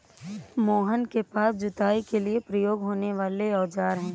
मोहन के पास जुताई के लिए प्रयोग होने वाले औज़ार है